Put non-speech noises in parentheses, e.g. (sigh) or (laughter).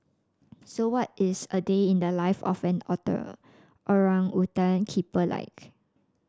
so what is a day in the life of an (unintelligible) keeper like